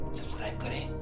subscribe